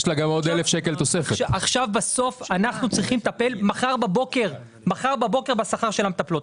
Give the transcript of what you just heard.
אנחנו צריכים לטפל מחר בבוקר בשכר של המטפלות.